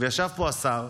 ישב פה השר,